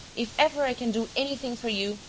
if ever i can do anything for you,